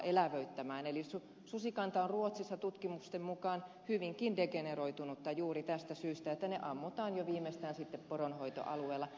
susikanta on ruotsissa tutkimusten mukaan hyvinkin degeneroitunutta juuri tästä syystä että sudet ammutaan jo viimeistään sitten poronhoitoalueella